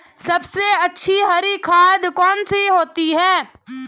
सबसे अच्छी हरी खाद कौन सी होती है?